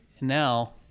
now